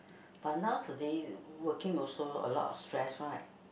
but nowadays working also a lot of stress right